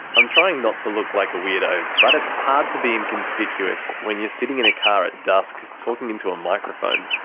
i'm trying not to look like a weirdo but it's hard to be inconspicuous when you're sitting in a car at dusk talking into a microphone.